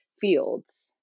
fields